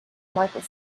michael